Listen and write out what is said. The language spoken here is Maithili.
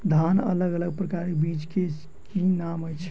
धान अलग अलग प्रकारक बीज केँ की नाम अछि?